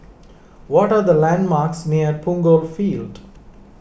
what are the landmarks near Punggol Field